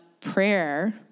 prayer